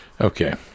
Okay